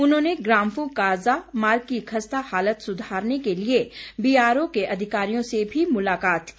उन्होंने ग्राम्फू काजा मार्ग की खस्ता हालत सुधारने के लिए बीआरओ के अधिकारियों से भी मुलाकात की